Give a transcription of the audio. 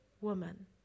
woman